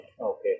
Okay